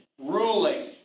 Ruling